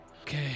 Okay